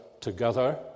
together